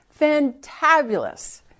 fantabulous